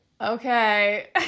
okay